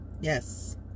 Yes